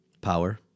Power